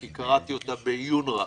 כי קראתי אותה בעיון רב.